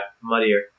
muddier